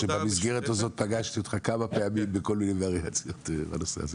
שבמסגרת הזאת פגשתי אותך כמה פעמים בכל מיני וריאציות בנושא הזה.